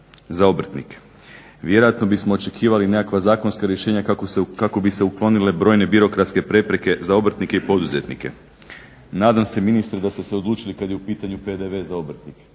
za obrtnike. Vjerojatno bismo očekivali nekakva zakonska rješenja kako bi se uklonile brojne birokratske prepreke za obrtnike i poduzetnike. Nadam se ministre da ste se odlučili kad je u pitanju PDV za obrtnike.